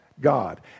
god